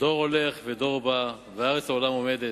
דור הולך ודור בא והארץ לעולם עמדת,